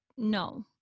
No